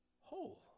whole